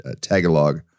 Tagalog